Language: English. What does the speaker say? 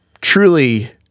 truly